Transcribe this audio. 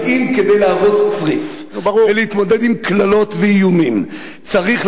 אם כדי להרוס צריף ולהתמודד עם קללות ואיומים צריך